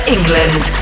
England